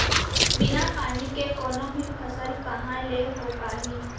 बिना पानी के कोनो भी फसल कहॉं ले हो पाही?